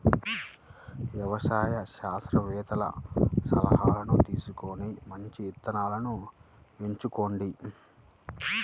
వ్యవసాయ శాస్త్రవేత్తల సలాహాను తీసుకొని మంచి విత్తనాలను ఎంచుకోండి